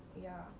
yeah